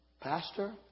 Pastor